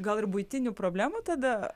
gal ir buitinių problemų tada